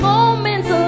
Moments